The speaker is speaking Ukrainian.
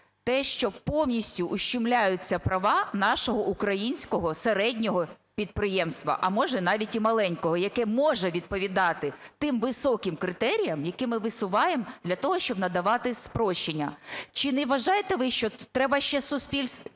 те, що повністю ущемляються права нашого українського середнього підприємства, а може навіть і маленького, яке може відповідати тим високим критеріям, які ми висуваємо для того, щоб надавати спрощення. Чи не вважаєте ви, що треба ще саме